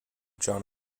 john